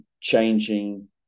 changing